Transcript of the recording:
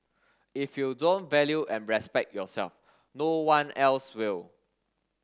if you don't value and respect yourself no one else will